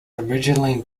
originally